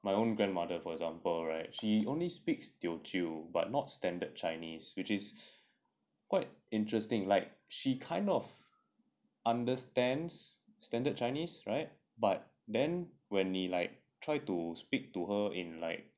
my own grandmother for example right she only speaks teochew but not standard chinese which is quite interesting like she kind of understands standard chinese right but then when 你 like try to speak to her in like